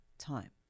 time